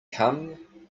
come